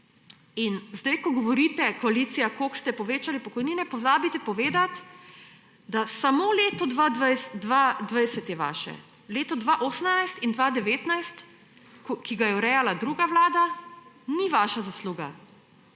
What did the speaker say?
In ko sedaj govorite, koalicija, koliko ste povečali pokojnine, pozabite povedati, da samo leto 2020 je vaše. Leto 2018 in leto 2019, ki ga je urejala druga vlada, ni vaša zasluga.